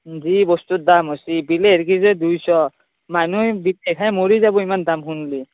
যি বস্তুৰ দাম হৈছি বিলাহীৰ কেজি দুইশ মানুহে নেখায় মৰি যাব ইমান দাম শুনিলে